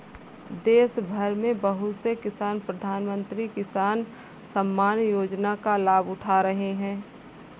देशभर में बहुत से किसान प्रधानमंत्री किसान सम्मान योजना का लाभ उठा रहे हैं